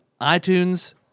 iTunes